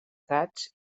gats